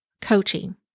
Coaching